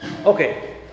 Okay